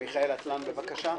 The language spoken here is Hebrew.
מיכאל אטלן, בבקשה.